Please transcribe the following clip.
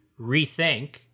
rethink